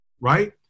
right